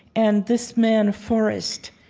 and this man, forrest,